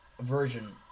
version